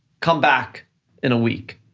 come back in a week.